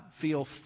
feel